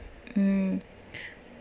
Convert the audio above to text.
uh